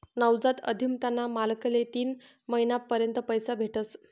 नवजात उधिमताना मालकले तीन महिना पर्यंत पैसा भेटस